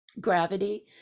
gravity